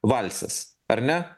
valsas ar ne